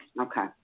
Okay